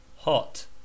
Hot